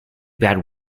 bad